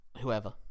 whoever